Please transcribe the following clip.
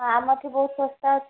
ହଁ ଆମଠି ବହୁତ ଶସ୍ତା ଅଛି